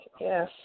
Yes